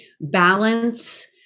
balance